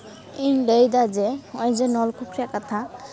ᱤᱧ ᱞᱟᱹᱭ ᱮᱫᱟ ᱡᱮ ᱱᱚᱜᱼᱚᱭ ᱡᱮ ᱱᱚᱞᱠᱩᱯ ᱨᱮᱭᱟᱜ ᱠᱟᱛᱷᱟ